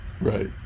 right